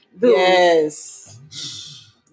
Yes